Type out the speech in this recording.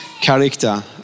character